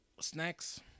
snacks